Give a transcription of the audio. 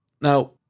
Now